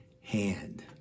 hand